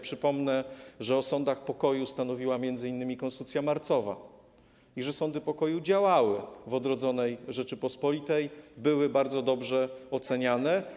Przypomnę, że o sądach pokoju stanowiła m.in. konstytucja marcowa i że sądy pokoju działały w odrodzonej Rzeczypospolitej, były bardzo dobrze oceniane.